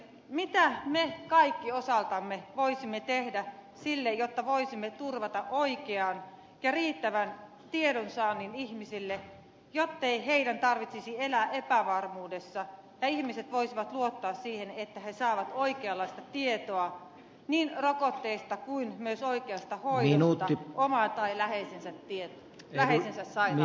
mitä me kaikki osaltamme voisimme tehdä sille jotta voisimme turvata oikean ja riittävän tiedonsaannin ihmisille jottei heidän tarvitsisi elää epävarmuudessa ja ihmiset voisivat luottaa siihen että he saavat oikeanlaista tietoa niin rokotteista kuin myös oikeasta hoidosta oman tai läheisensä sairauteen